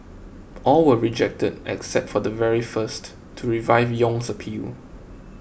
all were rejected except for the very first to revive Yong's appeal